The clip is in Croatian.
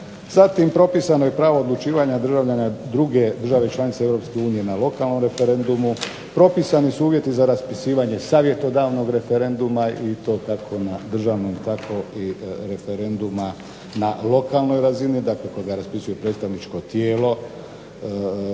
zatim propisano je pravo odlučivanja državljana druge države članice Europske unije na lokalnom referendumu, propisani su uvjeti za raspisivanje savjetodavnog referenduma i to kako na državnom, tako i referenduma na lokalnoj razini, dakle kojega raspisuje predstavničko tijelo,